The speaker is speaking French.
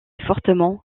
fortement